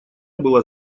была